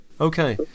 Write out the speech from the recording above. Okay